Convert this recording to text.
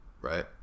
Right